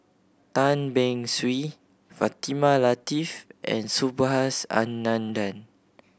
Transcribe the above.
Tan Beng Swee Fatimah Lateef and Subhas Anandan